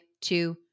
two